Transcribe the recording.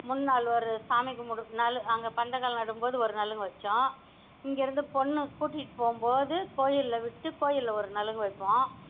முந்தின நாள் ஒரு சாமிக்கும்புட்டு நலங்கு அங்கே பந்தக்கால் நடும்போது ஒரு நலங்கு வைச்சோம் இங்கேருந்து பொண்ணு கூட்டிகிட்டு போகும் போது கோயில விட்டு கோவில்ல ஒரு நலங்கு வைப்போம்